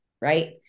Right